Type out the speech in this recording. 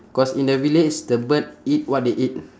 cause in the village the bird eat what they eat